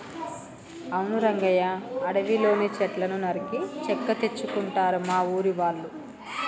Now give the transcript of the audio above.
అవును రంగయ్య అడవిలోని సెట్లను నరికి చెక్క తెచ్చుకుంటారు మా ఊరి వాళ్ళు